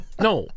No